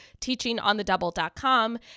teachingonthedouble.com